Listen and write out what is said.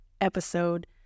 episode